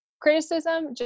criticism